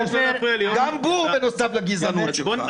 גם בור, בנוסף לגזענות שלך.